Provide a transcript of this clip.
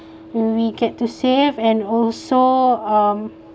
and we get to save and also um